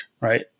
right